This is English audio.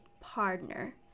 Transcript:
partner